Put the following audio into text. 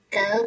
go